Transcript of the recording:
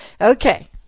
Okay